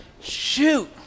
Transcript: shoot